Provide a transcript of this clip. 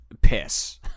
piss